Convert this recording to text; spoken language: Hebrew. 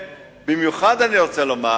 ובמיוחד אני רוצה לומר